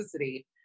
toxicity